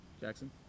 Jackson